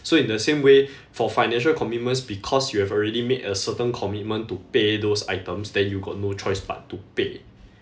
so in the same way for financial commitments because you have already made a certain commitment to pay those items then you got no choice but to pay